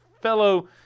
fellow